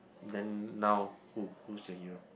then now who who's that you